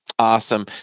Awesome